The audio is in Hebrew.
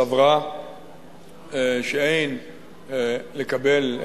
סברה שאין לקבל,